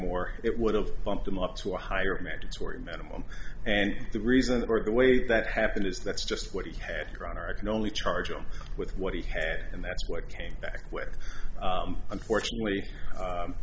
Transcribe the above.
more it would have bumped him up to a higher mandatory minimum and the reason that were the way that happened is that's just what he had grown or i can only charge him with what he had and that's what came back with unfortunately